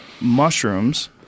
mushrooms